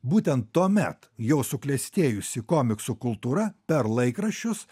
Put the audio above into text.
būtent tuomet jau suklestėjusi komiksų kultūra per laikraščius